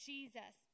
Jesus